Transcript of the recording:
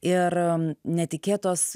ir netikėtos